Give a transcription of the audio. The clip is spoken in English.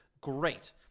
Great